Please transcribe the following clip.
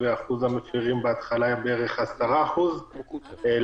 ואחוז המפרים היה בערך 10%. כמו שרואים,